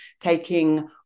taking